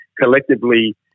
collectively